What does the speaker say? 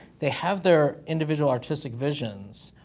they have their individual artistic visions,